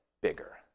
bigger